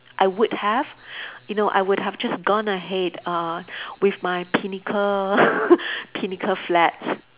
I would have you know I would have just gone ahead uh with my pinnacle pinnacle flat